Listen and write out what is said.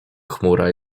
chmura